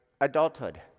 adulthood